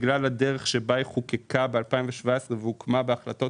בגלל הדרך שבה היא חוקקה ב-2017 והוקמה בהחלטות